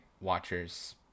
watchers